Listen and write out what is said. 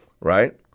right